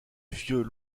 vieux